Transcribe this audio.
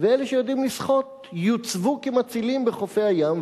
ואלה שיודעים לשחות יוצבו כמצילים בחופי הים,